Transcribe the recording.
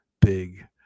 Big